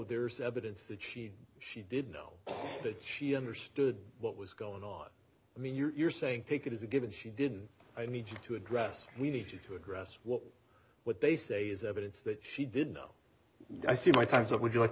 there's evidence that she she did know that she understood what was going on i mean you're saying take it as a given she did i need you to address we need you to address what what they say is evidence that she did know i see my time's up would you like